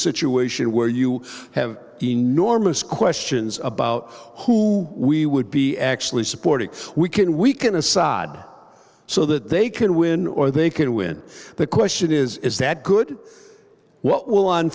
situation where you have enormous questions about who we would be actually supporting we can we can assad so that they can win or they can win the question is is that good w